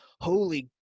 holy